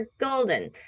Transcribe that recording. golden